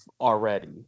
already